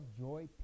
joy